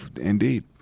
Indeed